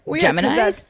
Gemini